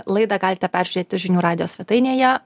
laidą galite peržiūrėti žinių radijo svetainėje